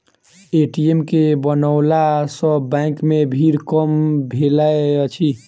ATM के बनओला सॅ बैंक मे भीड़ कम भेलै अछि